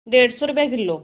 डेढ़ सौ रपेआ किलो